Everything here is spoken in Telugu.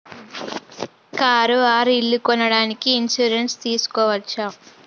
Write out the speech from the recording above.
కారు ఆర్ ఇల్లు కొనడానికి ఇన్సూరెన్స్ తీస్కోవచ్చా?